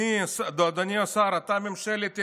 אדוני השר, אתה ממשלת ימין.